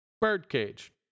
Birdcage